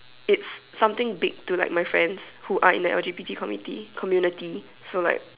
it's something big to my friends who are in the L_G_B_T community community so like